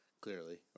clearly